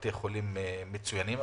בתי חולים מצוינים.